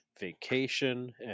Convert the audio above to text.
vacation